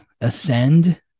ascend